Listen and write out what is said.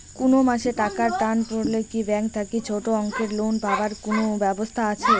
কুনো মাসে টাকার টান পড়লে কি ব্যাংক থাকি ছোটো অঙ্কের লোন পাবার কুনো ব্যাবস্থা আছে?